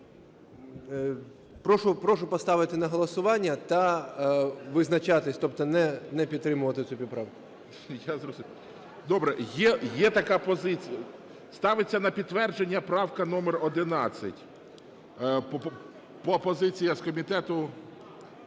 прошу поставити на голосування та визначатися, тобто не підтримувати цю поправку. ГОЛОВУЮЧИЙ. Я зрозумів. Добре, є така позиція. Ставиться на підтвердження правка номер 11. По позиції з комітету?